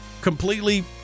completely